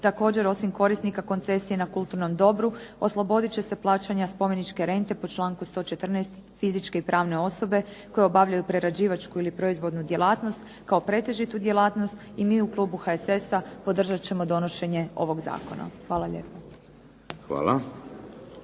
Također osim korisnika koncesije na kulturnom dobru, oslobodit će se plaćanja spomeničke rente po članku 114. fizičke i pravne osobe koje obavljaju prerađivačku ili proizvodnu djelatnost kao pretežitu djelatnost. I mi u klubu HSS-a podržat ćemo donošenje ovog zakona. **Šeks,